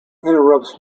interrupts